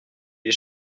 les